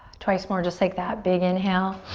twice more just like that. big inhale.